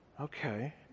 Okay